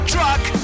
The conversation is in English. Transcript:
Truck